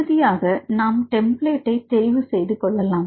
இறுதியாக நாம் டெம்ப்ளேட்டை தெரிவு செய்து கொள்ளலாம்